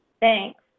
Thanks